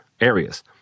areas